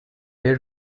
air